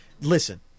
Listen